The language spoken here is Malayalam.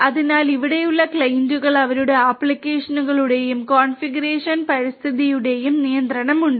അതിനാൽ ഇവിടെയുള്ള ക്ലയന്റുകൾക്ക് അവരുടെ ആപ്ലിക്കേഷനുകളുടെയും കോൺഫിഗറേഷൻ പരിതസ്ഥിതിയുടെയും നിയന്ത്രണമുണ്ട്